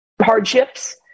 hardships